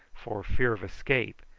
for fear of escape,